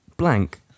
blank